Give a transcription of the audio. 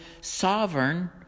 sovereign